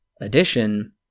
addition